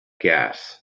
gas